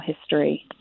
history